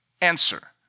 answer